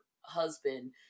husband